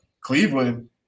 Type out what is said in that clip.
Cleveland –